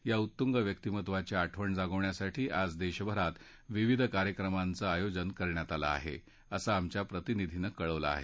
या उत्तुंग व्यक्तीमत्वाची आठवण जागवण्यासाठी आज देशभरात विविध कार्यक्रमांचं आयोजन करण्यात आलं आहे असं आमच्या प्रतिनिधीनं कळवलं आहे